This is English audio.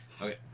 Okay